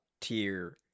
tier